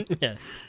Yes